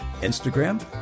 Instagram